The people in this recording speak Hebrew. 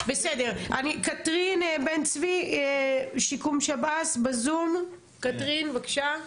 קתרין בן צבי, שיקום שב"ס בזום, קתרין בבקשה.